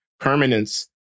Permanence